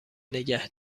نگه